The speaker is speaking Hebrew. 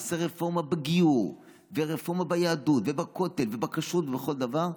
נעשה רפורמה בגיור ורפורמה ביהדות ובכותל ובכשרות ובכל דבר,